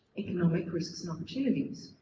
economic resistant opportunities,